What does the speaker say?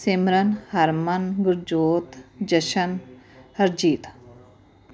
Simran Harman Gurjot Jashan Harjeet